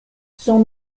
son